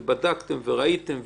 בדקתם וראיתם,